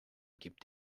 gibt